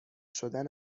شدن